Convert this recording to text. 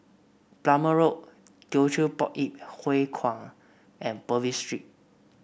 Plumer Road Teochew Poit Ip Huay Kuan and Purvis Street